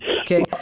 Okay